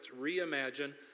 reimagine